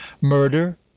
Murder